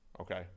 Okay